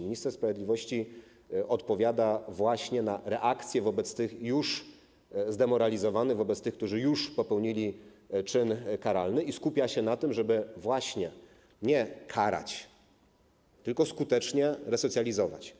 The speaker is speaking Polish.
Minister sprawiedliwości odpowiada właśnie na reakcje wobec tych już zdemoralizowanych, wobec tych, którzy już popełnili czyn karalny, i skupia się na tym, żeby właśnie nie karać, tylko skutecznie resocjalizować.